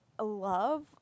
love